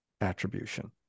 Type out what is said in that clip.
attribution